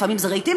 לפעמים זה רהיטים,